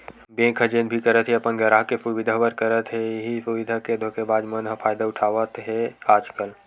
bank ह जेन भी करत हे अपन गराहक के सुबिधा बर करत हे, इहीं सुबिधा के धोखेबाज मन ह फायदा उठावत हे आजकल